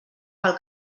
pel